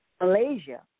Malaysia